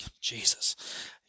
Jesus